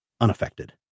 unaffected